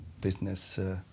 business